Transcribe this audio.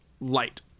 light